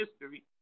history